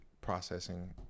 processing